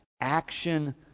action